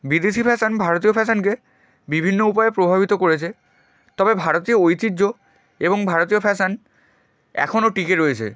বিদেশী ফ্যাশন ভারতীয় ফ্যাশনকে বিভিন্ন উপায়ে প্রভাবিত করেছে তবে ভারতীয় ঐতিহ্য এবং ভারতীয় ফ্যাশন এখনও টিকে রয়েছে